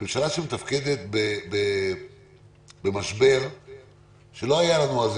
ממשלה שמתפקדת במשבר שלא היו לנו עליו